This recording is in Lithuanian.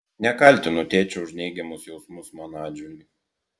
nekaltinu tėčio už neigiamus jausmus mano atžvilgiu